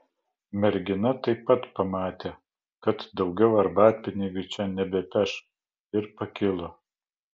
mergina taip pat pamatė kad daugiau arbatpinigių čia nebepeš ir pakilo